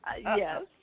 Yes